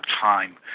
time